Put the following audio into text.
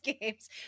games